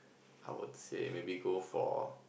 I would say maybe go for